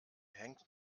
hängt